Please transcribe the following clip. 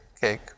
cake